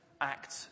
act